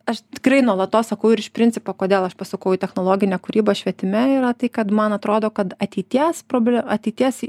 aš tikrai nuolatos sakau ir iš principo kodėl aš pasukau į technologinę kūrybą švietime yra tai kad man atrodo kad ateities proble ateities